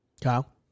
Kyle